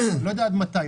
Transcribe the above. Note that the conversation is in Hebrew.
עד מתי?